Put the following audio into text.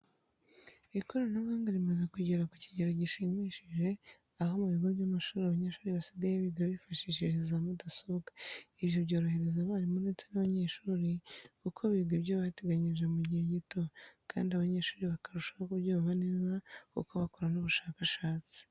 Ikoranabuhanga rimaze kujyera ku kijyero jyishimishije aho mu bigo by'amashuri abanyeshuri basigaye biga bifashishije za mudasobwa. Ibyo byorohereza abarimu ndetse n'abanyeshuri kuko biga ibyo bateganyije mu jyihe jyito, kandi abanyeshuri bakarushaho kubyumva neza kuko bakora n'ubushakashatsi.